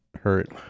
hurt